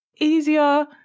easier